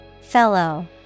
Fellow